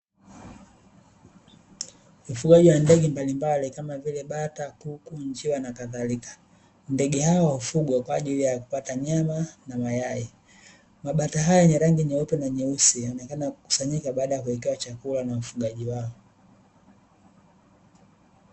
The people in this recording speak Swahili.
Ufugaji wa ndege mbalimbali kama vile bata, kuku, njiwa, na kadhalika. Ndege hawa hufugwa kwa ajili ya kupata nyama na mayai. Mabata haya yenye rangi nyeupe na nyeusi, yanaonekana kukusanyika baada ya kuwekewa chakula na mfugaji wao.